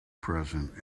present